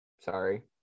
Sorry